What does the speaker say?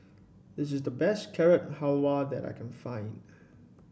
it is the best Carrot Halwa that I can find